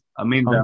Amen